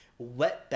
Wetback